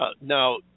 now